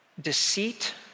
deceit